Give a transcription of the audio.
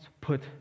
put